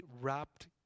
wrapped